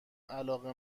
علاقه